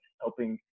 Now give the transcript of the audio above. helping